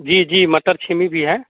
जी जी मटर छीमी भी है